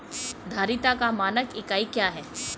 धारिता का मानक इकाई क्या है?